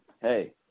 hey